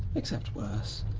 except worse,